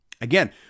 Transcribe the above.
Again